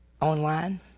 online